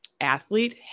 athlete